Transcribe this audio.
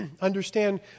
understand